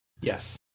Yes